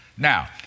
Now